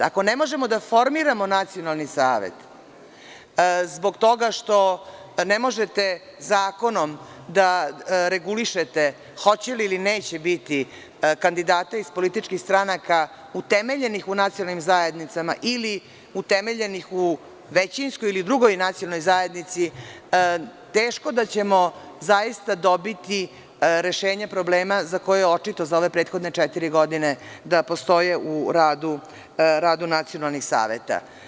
Ako ne možemo da formiramo nacionalni savet zbog toga što ne možete zakonom da regulišete hoće li ili neće biti kandidata iz političkih stranaka utemeljenih u nacionalnim zajednicama ili utemeljenih u većinskoj ili drugoj nacionalnoj zajednici, teško da ćemo zaista dobiti rešenje problema za koje je očito za ove prethodne četiri godine da postoje u radu nacionalnih saveta.